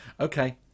Okay